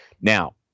Now